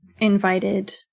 invited